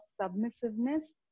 submissiveness